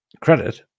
credit